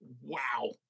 Wow